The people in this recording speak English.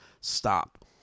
stop